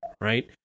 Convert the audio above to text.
right